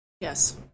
Yes